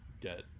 get